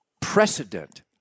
precedent